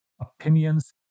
opinions